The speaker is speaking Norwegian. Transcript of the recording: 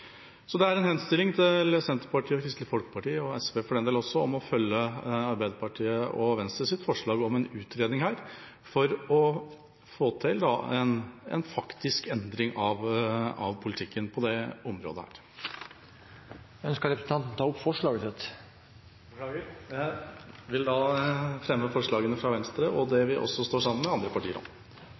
henstilling til Senterpartiet og Kristelig Folkeparti, og SV også, for den del, om å følge Arbeiderpartiet og Venstres forslag om en utredning for å få til en faktisk endring av politikken på dette området. Jeg vil da fremme forslaget fra Venstre. Representanten Ketil Kjenseth har tatt opp det forslaget han viste til.